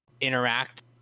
Interact